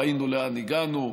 ראינו לאן הגענו.